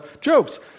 jokes